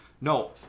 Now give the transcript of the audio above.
No